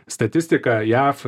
statistika jav